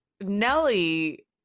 Nelly